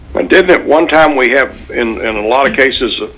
didn't one time we have in a lot of cases,